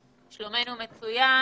שלומנו מצוין,